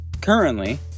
Currently